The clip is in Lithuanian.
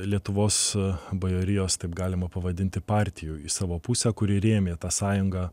lietuvos bajorijos taip galima pavadinti partijų į savo pusę kuri rėmė tą sąjungą